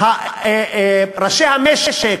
ראשי המשק,